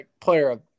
player